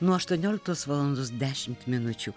nuo aštuonioliktos valandos dešimt minučių